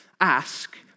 ask